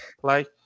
play